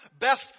best